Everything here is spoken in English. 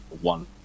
one